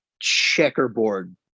checkerboard